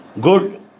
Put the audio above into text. good